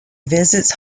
visits